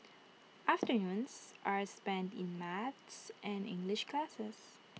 afternoons are spent in maths and English classes